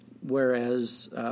Whereas